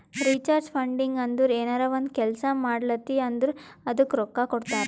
research funding ಅಂದುರ್ ಏನರೇ ಒಂದ್ ಕೆಲ್ಸಾ ಮಾಡ್ಲಾತಿ ಅಂದುರ್ ಅದ್ದುಕ ರೊಕ್ಕಾ ಕೊಡ್ತಾರ್